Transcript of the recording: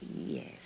Yes